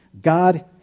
God